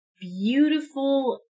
beautiful